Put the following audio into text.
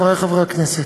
חברי חברי הכנסת,